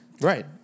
Right